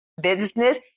business